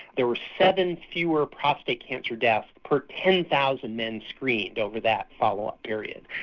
there were seven fewer prostate cancer deaths per ten thousand men screened over that follow up period.